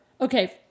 Okay